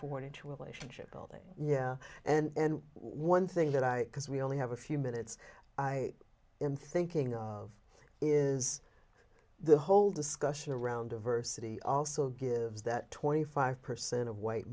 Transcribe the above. forward into elation shipbuilding yeah and one thing that i because we only have a few minutes i am thinking of is the whole discussion around diversity also gives that twenty five percent of white